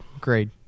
Great